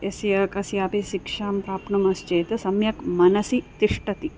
यस्य कस्यापि शिक्षां प्राप्नुमश्चेत् सम्यक् मनसि तिष्ठति